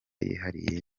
yihariye